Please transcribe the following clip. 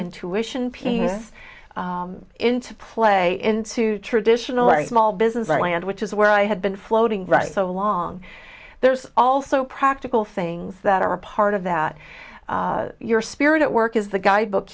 intuition piece into play into traditional a small business that land which is where i had been floating right so long there's also practical things that are part of that your spirit at work is the guidebook